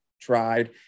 tried